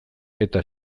eta